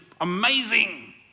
amazing